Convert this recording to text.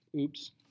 Oops